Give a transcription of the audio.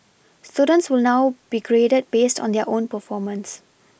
students will now be graded based on their own performance